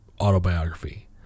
autobiography